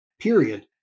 period